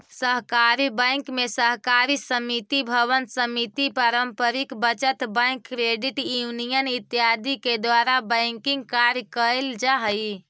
सहकारी बैंक में सहकारी समिति भवन समिति पारंपरिक बचत बैंक क्रेडिट यूनियन इत्यादि के द्वारा बैंकिंग कार्य कैल जा हइ